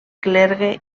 clergue